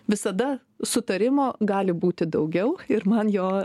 visada sutarimo gali būti daugiau ir man jo